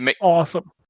awesome